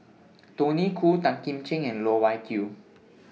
Tony Khoo Tan Kim Ching and Loh Wai Kiew